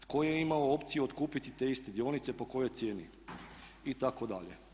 Tko je imao opciju otkupiti te iste dionice i po kojoj cijeni, itd.